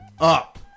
up